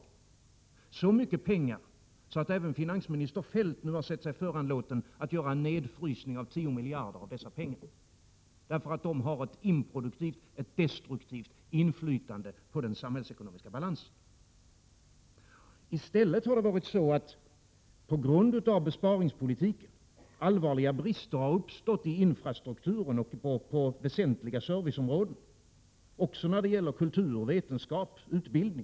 De har så mycket pengar att finansminister Feldt nu har sett sig föranlåten att göra en nedfrysning av 10 miljarder av dessa pengar, därför att de har ett improduktivt, ett destruktivt inflytande på den samhällsekonomiska balansen. I stället har på grund av besparingspolitiken allvarliga brister uppstått i infrastrukturen och på väsentliga serviceområden, likaså inom kultur, vetenskap och utbildning.